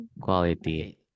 Quality